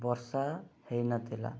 ବର୍ଷା ହୋଇନଥିଲା